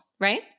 right